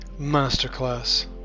Masterclass